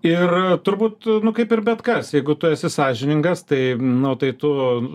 ir turbūt kaip ir bet kas jeigu tu esi sąžiningas tai nu tai tu